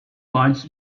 watch